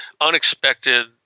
unexpected